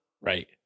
Right